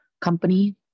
company